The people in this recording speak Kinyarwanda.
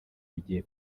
bigiye